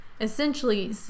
Essentially